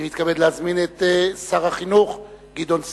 אני מתכבד להזמין את שר החינוך גדעון סער,